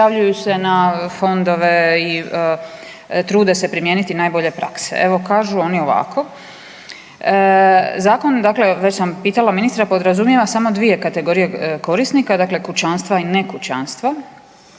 prijavljuju se na fondove i trude se primijeniti najbolje prakse. Evo kažu oni ovako, zakon, dakle već sam pitala ministra, podrazumijeva samo dvije kategorije korisnika dakle kućanstva i nekućanstva.